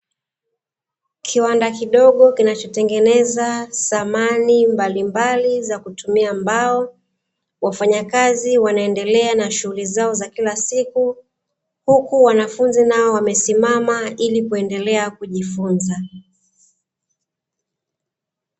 Kiwanda kidogo kinachotengeneza samani mbalimbali za kutumia mbao, wafanyakazi wanaendelea na shughuli zao za kila siku. Huku wanafunzi nao wamesimama ili, kuendelea kujifunza.